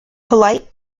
polite